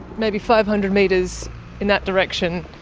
maybe five hundred metres in that direction